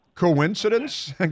Coincidence